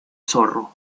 zorro